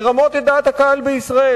לרמות את דעת הקהל בישראל.